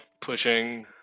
pushing